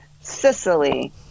Sicily